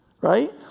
Right